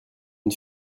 une